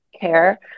care